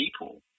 people